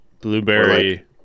blueberry